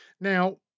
Now